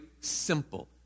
simple